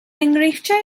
enghreifftiau